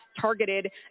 targeted